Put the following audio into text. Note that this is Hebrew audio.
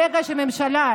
ברגע שהממשלה,